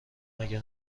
مگه